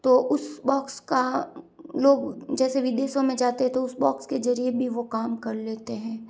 तो उस बॉक्स का लोग जैसे विदेशों में जाते हैं तो उसे बॉक्स के ज़रिए भी वो काम कर लेते हैं